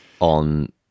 on